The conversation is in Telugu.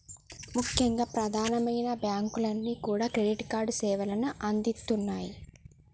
ముఖ్యంగా ప్రమాదమైనా బ్యేంకులన్నీ కూడా క్రెడిట్ కార్డు సేవల్ని అందిత్తన్నాయి